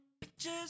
Pictures